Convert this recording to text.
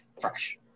Fresh